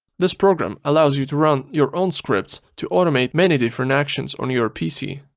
this program allows you to run your own scripts to automate many different actions on your pc.